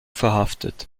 verhaftet